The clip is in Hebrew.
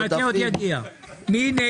מי נגד?